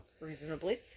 Reasonably